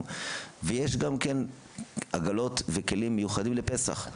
ויש גם כן עגלות וכלים מיוחדים לפסח.